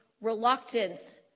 reluctance